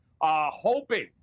hoping